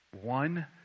one